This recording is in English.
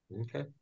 Okay